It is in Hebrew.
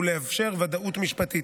ולאפשר ודאות משפטית.